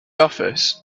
office